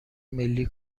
ملی